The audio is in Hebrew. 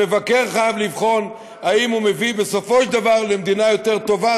המבקר חייב לבחון אם הוא מביא בסופו של דבר למדינה יותר טובה,